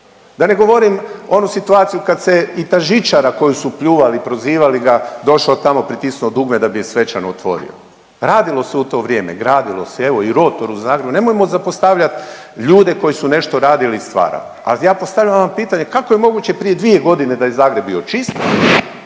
Da ne govorim oni situaciju kad se i ta žičara koju su pljuvali, prozivali ga došao tamo pritisnuo dugme da bi je svečano otvori. Radilo se u to vrijeme, gradilo se evo i rotor u Zagrebu, nemojmo zapostavljat ljude koji su nešto radili i stvarali. Ali ja postavljam vama pitanje, kako je moguće prije dvije godine da je Zagreb bio čist,